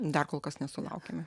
dar kol kas nesulaukėme